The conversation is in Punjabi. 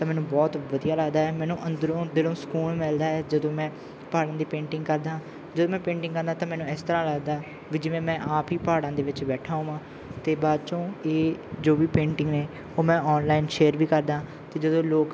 ਤਾਂ ਮੈਨੂੰ ਬਹੁਤ ਵਧੀਆ ਲੱਗਦਾ ਹੈ ਮੈਨੂੰ ਅੰਦਰੋਂ ਅੰਦਰੋਂ ਸਕੂਨ ਮਿਲਦਾ ਹੈ ਜਦੋਂ ਮੈਂ ਪਹਾੜਾਂ ਦੀ ਪੇਂਟਿੰਗ ਕਰਦਾ ਜਦੋਂ ਮੈਂ ਪੇਂਟਿੰਗ ਕਰਦਾ ਤਾਂ ਮੈਨੂੰ ਇਸ ਤਰ੍ਹਾਂ ਲੱਗਦਾ ਵੀ ਜਿਵੇਂ ਮੈਂ ਆਪ ਹੀ ਪਹਾੜਾਂ ਦੇ ਵਿੱਚ ਬੈਠਾ ਹੋਵਾਂ ਅਤੇ ਬਾਅਦ 'ਚੋਂ ਇਹ ਜੋ ਵੀ ਪੇਂਟਿੰਗ ਨੇ ਉਹ ਮੈਂ ਆਨਲਾਈਨ ਸ਼ੇਅਰ ਵੀ ਕਰਦਾ ਅਤੇ ਜਦੋਂ ਲੋਕ